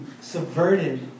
subverted